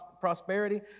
prosperity